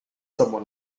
somewhat